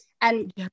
And-